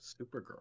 Supergirl